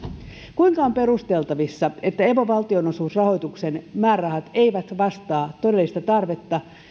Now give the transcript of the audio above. kuinka on perusteltavissa että evo valtionosuusrahoituksen määrärahat eivät vastaa todellista tarvetta